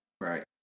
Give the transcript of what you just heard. Right